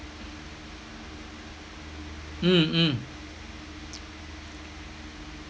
mm mm